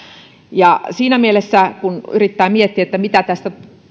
siinä mielessä kun yrittää miettiä mitä tästä